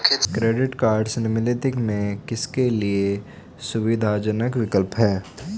Credit cards निम्नलिखित में से किसके लिए सुविधाजनक विकल्प हैं?